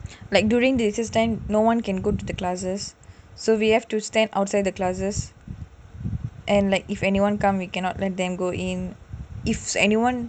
like during recess time no one can go to the classes so we have to stand outside the classes and like if anyone come we cannot let them go in